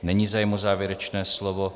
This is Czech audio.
Není zájem o závěrečné slovo.